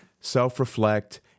self-reflect